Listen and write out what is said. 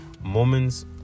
moments